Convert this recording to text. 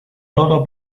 todo